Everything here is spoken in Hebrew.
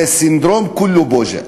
זה סינדרום "כלה בווג'ע".